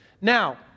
Now